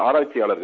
ஆராய்ச்சியாளர்கள்